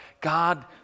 God